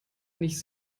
nicht